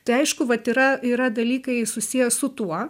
tai aišku vat yra yra dalykai susiję su tuo